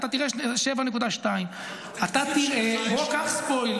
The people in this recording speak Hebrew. אתה תראה 7.2. אתה תראה קח ספוילר,